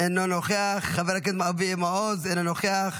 אינו נוכח, חבר הכנסת אבי מעוז, איננו נוכח,